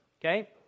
okay